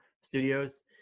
studios